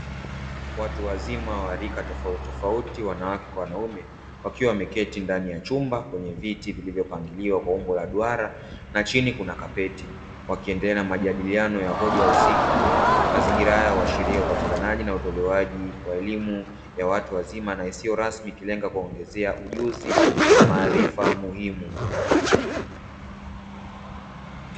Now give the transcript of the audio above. Watu wazima wa rika tofauti tofauti wanawake kwa wanaume wakiwa wameketi ndani ya chumba kwenye viti vilivyopangiliwa kwa umbo la duara na chini kuna kapeti, wakiendelea na majadiliano ya hoja husika. Mazingira haya huashiria hupatikanaji na utolewaji wa elimu ya watu wazima na isiyo rasmi ikilenga kuwaongezea ujuzi na maarifa muhimu.